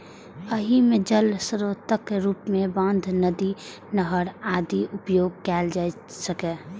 एहि मे जल स्रोतक रूप मे बांध, नदी, नहर आदिक उपयोग कैल जा सकैए